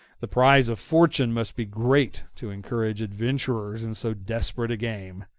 the prize of fortune must be great to encourage adventurers in so desperate a game.